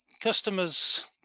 Customers